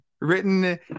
Written